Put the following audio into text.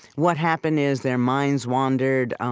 what happened is, their minds wandered. um